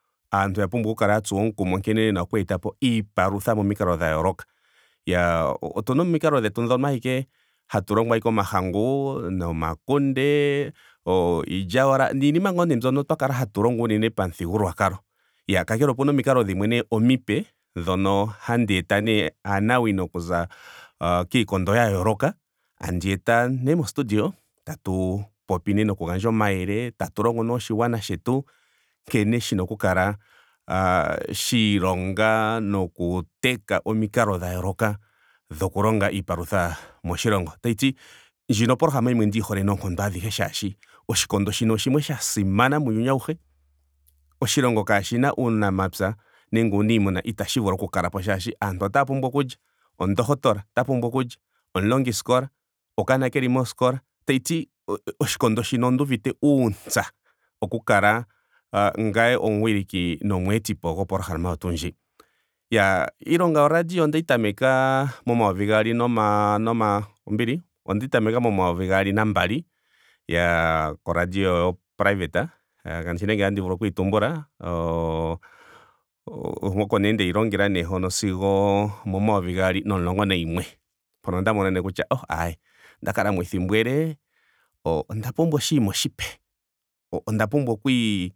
Aantu oya pumbwa oku tsuwa omukumo nkene yena oku kala yeetapo iipalutha momikalo dha yooloka. Iyaa otuna omikalo dhetu dhoka awike hatu longo ashike o mahangu. nomakunde. oo- iilyawala. niinima ngaa mbyoka twa kala hatu longo unene pamuthigululwakalo. iyaa kakele opena omikalo dhimwe nee omipe dhono handi eta nee aanawino okuza kiikondo ya yooloka. tandi ya eta nee mo studio. tatu popi nee noku gandja omayele. tatu longo nee oshigwana shetu nkene shina okukala shiilonga noku teka omikalo dha yooloka dhoku longa iipalutha moshilongo. Tashiti ndjika opolohalama yimwe nndiyi hole noonkondo adhihe molwaashoka oshikondo shino shimwe sha simana muuyuni auhe oshilongo kaashina uunamapya nenge uunimuma itashi vulu oku kalapo molwaashoka aantu otaya pumbwa okulya. ondohotola ota pumbwa oku lya. omulongiskola. okanona keli moskola. tashiti oshikondo shino onduuviite uuntsa oku kala ngame omuwiliki nomu etipo gopolohalama oyo tuu ndjika. Iya iilonga yo radio ondeyi tameka momayovi gaali noma noma. ombili. ondeyi tameka momayovi gaali nambali. yaa ko radio yo private kandi shi nee ngela otandi vulu okuyi tumbula. o- o- o- oko nee ndeyi longela hono sigo omomaovi gaali nomulongo nayimwe. Mpono onda mono nee kutya aayee onda kalamo ethimbo ele. o- onda pumbwa oshinima oshipe. onda pumbwa okwii